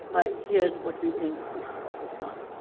but here's what we think that we should focus on.